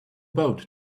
boat